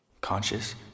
Conscious